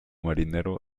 marinero